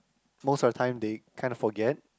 most of the time they kinda forget